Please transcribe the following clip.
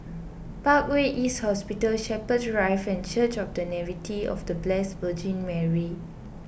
Parkway East Hospital Shepherds Drive and Church of the Nativity of the Blessed Virgin Mary